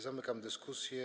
Zamykam dyskusję.